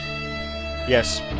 Yes